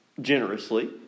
generously